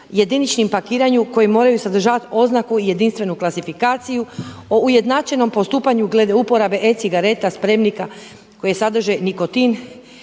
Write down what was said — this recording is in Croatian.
jediničnom pakiranju koji moraju sazdavati oznaku jedinstvenu klasifikaciju, o ujednačenom postupanju glede uporabe e-cigareta spremnika koji sadrže nikotin